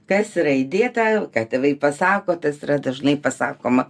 kas yra įdėta ką tėvai pasako tas yra dažnai pasakoma